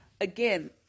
Again